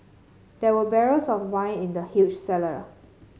there were barrels of wine in the huge cellar